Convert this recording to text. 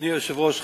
אדוני היושב-ראש,